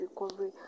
recovery